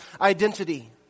identity